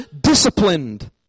disciplined